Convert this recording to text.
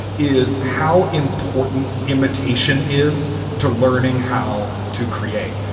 is how important imitation is to learning how to create.